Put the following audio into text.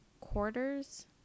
quarters